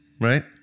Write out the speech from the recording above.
right